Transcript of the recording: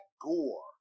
gore